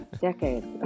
decades